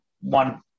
one